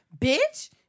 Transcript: bitch